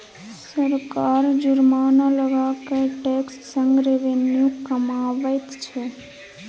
सरकार जुर्माना लगा कय टैक्स सँ रेवेन्यू कमाबैत छै